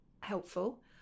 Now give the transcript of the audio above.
helpful